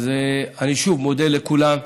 אז אני שוב מודה לכולם,